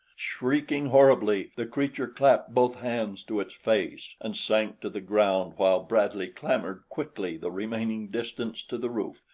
shrieking horribly, the creature clapped both hands to its face and sank to the ground while bradley clambered quickly the remaining distance to the roof,